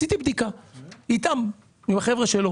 עשיתי בדיקה עם החבר'ה שלו